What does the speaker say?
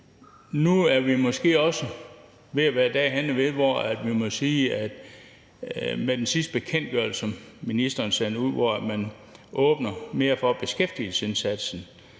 nu er vi måske også ved at være derhenne, hvor vi må sige, at vi med den sidste bekendtgørelse, som ministeren sendte ud, åbner mere for beskæftigelsesindsatsen,